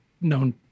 known